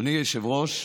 אדוני היושב-ראש,